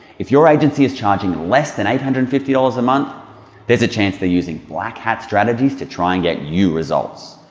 if your agency is charging less than eight hundred and fifty dollars a month there's a chance they're using black-hat strategies to try and get you results.